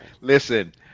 Listen